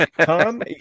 Tom